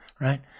Right